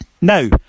Now